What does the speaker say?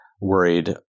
worried